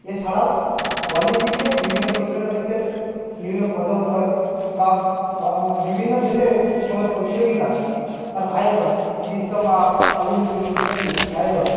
এছাড়াও অলিম্পিকে বিভিন্ন ছোট্ট ছোট্ট দেশের বিভিন্ন পদক জয় বা বিভিন্ন দেশের কোনও প্রতিযোগিতা তার আয়োজন বিশ্বকাপ অলিম্পিক ইত্যাদির আয়োজন